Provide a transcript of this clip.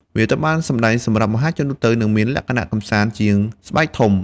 វាត្រូវបានសម្តែងសម្រាប់ មហាជនទូទៅ និងមានលក្ខណៈ កម្សាន្ត ជាងស្បែកធំ។